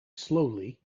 slowly